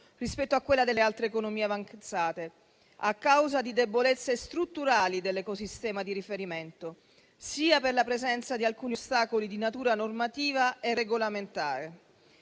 rispetto a quella delle altre economie avanzate, a causa di debolezze strutturali dell'ecosistema di riferimento e per la presenza di alcuni ostacoli di natura normativa e regolamentare.